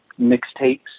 mixtapes